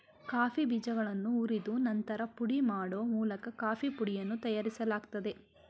coffee ಬೀಜಗಳನ್ನು ಹುರಿದು ನಂತರ ಪುಡಿ ಮಾಡೋ ಮೂಲಕ ಕಾಫೀ ಪುಡಿಯನ್ನು ತಯಾರಿಸಲಾಗ್ತದೆ